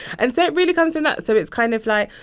and so it really comes from that. so it's kind of like,